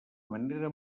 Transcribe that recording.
manera